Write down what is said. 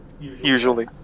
Usually